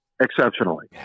Exceptionally